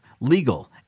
legal